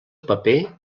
paper